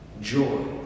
Joy